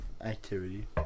activity